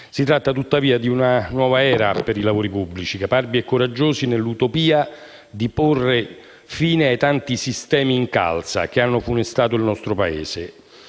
Si tratta tuttavia di una nuova era per i lavori pubblici, caparbi e coraggiosi nell'utopia di porre fine ai tanti sistemi in calza che hanno funestato il nostro Paese.